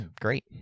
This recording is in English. great